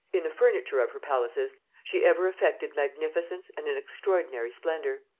in the furniture of her palaces she ever affected magnificence and an extraordinary splendor.